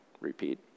repeat